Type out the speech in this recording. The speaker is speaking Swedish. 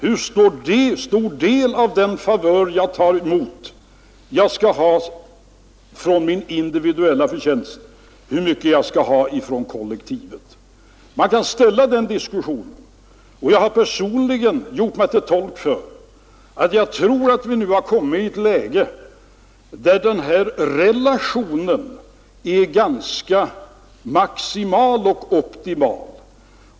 Hur stor del av de favörer jag tar emot skall jag ha från min individuella förtjänst och hur mycket skall jag ha från kollektivet? Den frågan kan man ställa. Personligen har jag gjort mig till tolk för att jag tror, att vi kommit i ett läge där denna relation är ganska maximal och optimal.